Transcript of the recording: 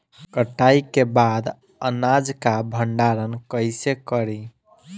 कटाई के बाद अनाज का भंडारण कईसे करीं?